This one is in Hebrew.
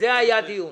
זה היה הדיון.